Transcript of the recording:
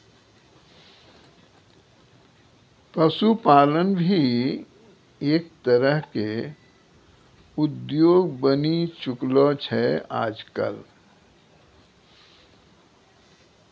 पशुपालन भी एक तरह के उद्योग बनी चुकलो छै आजकल